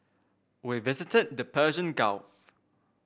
we visited the Persian Gulf